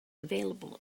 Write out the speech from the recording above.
available